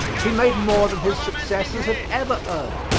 he made more than his successors have ever earned,